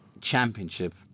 championship